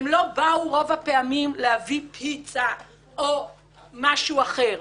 הם לא באו רוב הפעמים להביא פיצה או משהו אחר.